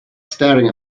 staring